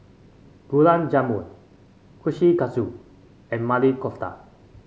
Gulab Jamun Kushikatsu and Maili Kofta